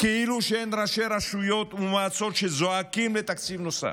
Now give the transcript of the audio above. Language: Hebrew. כאילו אין ראשי רשויות ומועצות שזועקים לתקציב נוסף,